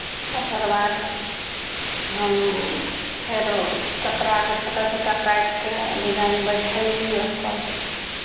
ओकरबाद हम फेरो कपड़ाकेँ छोटा छोटा काटि कऽ डिजाइन बैठयली ओहिपर